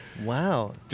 Wow